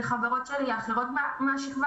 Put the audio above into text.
וחברות אחרות שלי מהשכבה